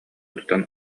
тутан